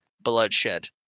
bloodshed